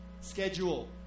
schedule